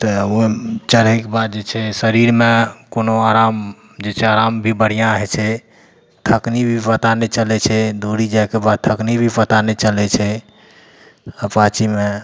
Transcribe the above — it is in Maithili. तऽ ओ चढ़ैके बाद जे छै शरीरमे कोनो आराम जे छै आराम भी बढ़िआँ होइ छै थकनी भी पता नहि चलै छै दूरी जाइके बाद थकनी भी पता नहि चलै छै अपाचीमे